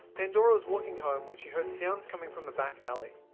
pandora was walking home when she heard sounds coming from the back alley.